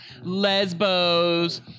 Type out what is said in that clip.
Lesbos